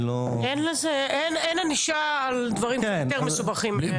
לא --- אין ענישה על דברים קצת יותר מסובכים.